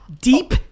Deep